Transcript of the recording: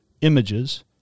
images